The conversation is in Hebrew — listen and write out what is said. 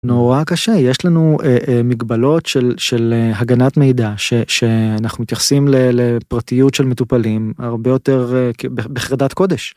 נורא קשה יש לנו מגבלות של של הגנת מידע שאנחנו מתייחסים לפרטיות של מטופלים הרבה יותר בחרדת קודש.